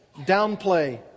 downplay